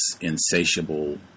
insatiable